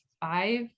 five